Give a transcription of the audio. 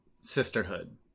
sisterhood